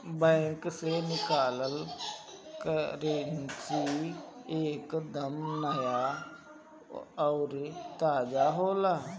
bank से निकालल currency एक दम नया अउरी ताजा होला